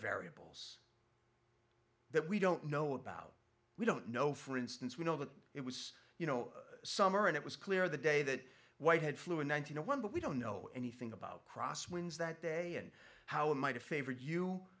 variables that we don't know about we don't know for instance we know that it was you know summer and it was clear the day that white had flew in one thousand one but we don't know anything about cross winds that day and how it might have favored you